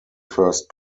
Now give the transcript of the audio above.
first